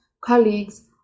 colleagues